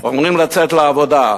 אומרים: לצאת לעבודה.